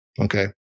Okay